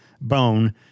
Bone